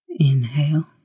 Inhale